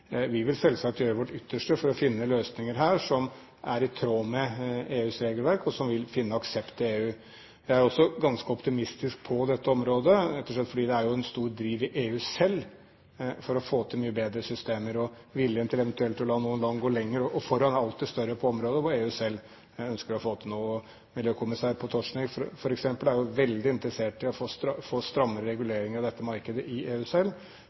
EUs regelverk, og som vil finne aksept i EU. Jeg er også ganske optimistisk når det gjelder dette området, rett og slett fordi det jo er en stor driv i EU selv for å få til mye bedre systemer, og viljen til eventuelt å la noen land gå lenger – og foran – er alltid større på områder der EU selv ønsker å få til noe. Miljøkommissær Potocnik, f.eks., er jo veldig interessert i å få stramme reguleringer av dette markedet i EU selv.